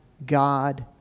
God